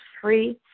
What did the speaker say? free